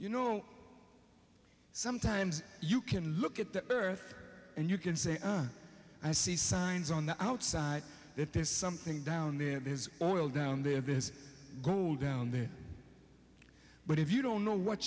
you know sometimes you can look at the earth and you can say i see signs on the outside that there's something down there his own oil down the ghoul down there but if you don't know what